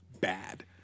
Bad